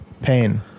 pain